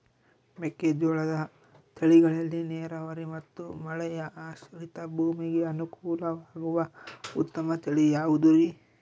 ಮೆಕ್ಕೆಜೋಳದ ತಳಿಗಳಲ್ಲಿ ನೇರಾವರಿ ಮತ್ತು ಮಳೆಯಾಶ್ರಿತ ಭೂಮಿಗೆ ಅನುಕೂಲವಾಗುವ ಉತ್ತಮ ತಳಿ ಯಾವುದುರಿ?